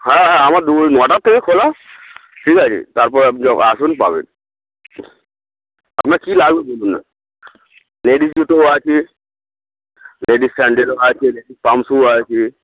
হ্যাঁ হ্যাঁ আমার দুই নটার থেকে খোলা ঠিক আছে তারপর আপনি আসুন পাবেন আপনার কী লাগবে বলুন না লেডিস জুতোও আছে লেডিস স্যান্ডেলও আছে লেডিস পামশ্যুও আছে